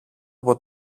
από